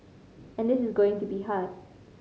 and this is going to be hard